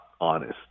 honest